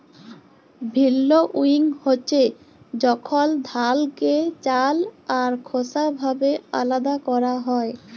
ভিল্লউইং হছে যখল ধালকে চাল আর খোসা ভাবে আলাদা ক্যরা হ্যয়